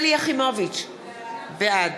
שלי יחימוביץ, בעד